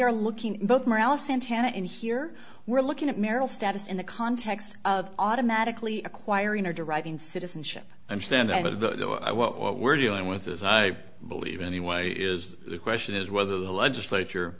are looking both morale santana and here we're looking at merrill status in the context of automatically acquiring or deriving citizenship i'm standing by the what we're dealing with as i believe anyway is the question is whether the legislature